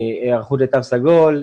היערכות לתו סגול,